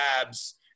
abs